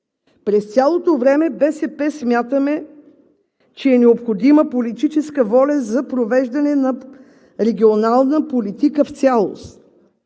През цялото време от БСП смятаме, че е необходима политическа воля за провеждане на регионална политика в цялост.